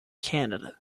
canada